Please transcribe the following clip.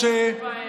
משה,